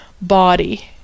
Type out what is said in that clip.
body